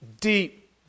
deep